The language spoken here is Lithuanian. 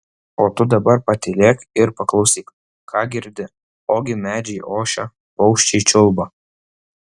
o tu dabar patylėk ir paklausyk ką girdi ogi medžiai ošia paukščiai čiulba